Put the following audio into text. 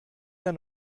der